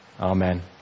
Amen